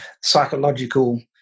psychological